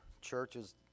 churches